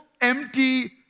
empty